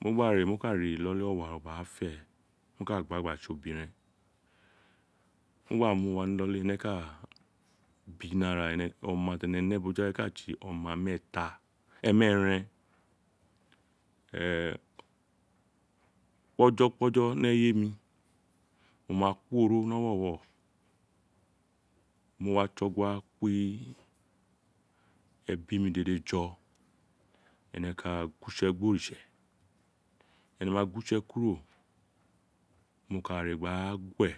mo gba re mo ka ri iloli owa tse obiren mo gba mu wa ni iloli ene ka bi ni ara ene oma ti ene ne boja we ka tse oma meet ee oma meeren ee kpojo kpojo ni eye mi mo ma ku oro ni owowo mo wa tse ogun ko eni mi dede jo ene ka gu wo itse kuro mo ka ore gba gu we